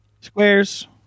squares